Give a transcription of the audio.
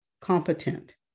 competent